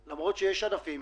כי כאן אתה לא ממוקד בפצועים